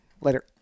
Later